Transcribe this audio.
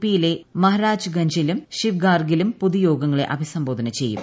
P യിലെ മഹാരാജ്ഗങ്ങിലും ശിവ്ഗാർഗിലും പൊതുയോഗങ്ങളെ അഭിസംബോധന ചെയ്യും